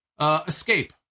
escape